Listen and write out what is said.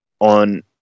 on